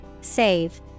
Save